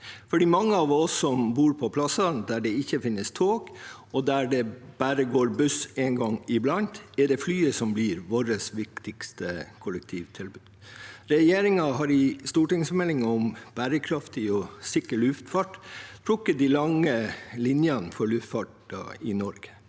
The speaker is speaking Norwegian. For de mange av oss som bor på steder der det ikke finnes tog, og der det går buss bare en gang iblant, er det flyet som blir det viktigste kollektivtilbudet. Regjeringen har i stortingsmeldingen om bærekraftig og sikker luftfart trukket de lange linjene for luftfarten i Norge.